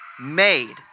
made